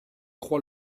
crois